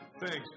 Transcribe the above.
Thanks